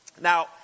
Now